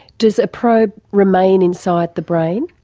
does a probe remain inside the brain?